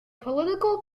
political